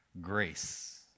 Grace